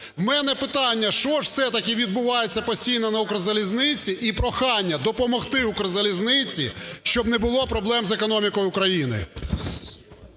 У мене питання, що ж все-таки відбувається постійно на "Укрзалізниці"? І прохання допомогти "Укрзалізниці", щоб не було проблем з економікою України.